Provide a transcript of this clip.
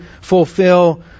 fulfill